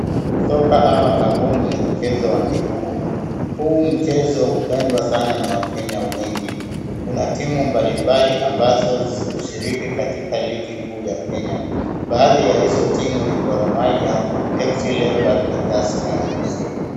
Soka ama kabubu ni mchezo wa miguu. Huu mchezo hupendwa sana na wakenya wengi. Kuna timu mbalimbali ambazo zilishiriki katika ligi kuu ya Kenya. Baadhi ya hizo timu ni Goh Mahia, FC Leopards na Tusker FC.